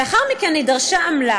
לאחר מכן היא דרשה עמלה,